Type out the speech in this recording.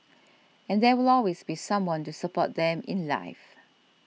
and there will always be someone to support them in life